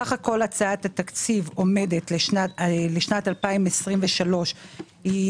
סך-הכול הצעת התקציב לשנת 2023 עומדת על